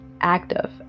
active